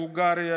בולגריה,